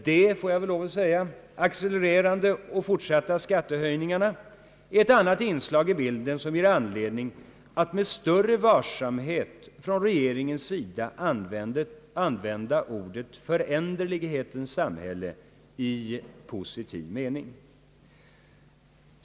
De accelererande och fortsatta skattehöjningarna är ett annat inslag i bilden som ger anledning för regeringen att med större varsamhet använda uttrycket »föränderlighetens samhälle» i positiv mening.